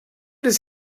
does